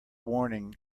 warning